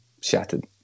shattered